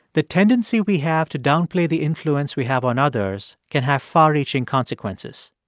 the tendency we have to downplay the influence we have on others can have far-reaching consequences.